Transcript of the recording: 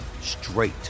straight